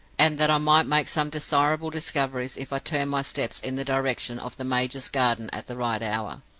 and that i might make some desirable discoveries if i turned my steps in the direction of the major's garden at the right hour.